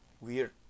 weird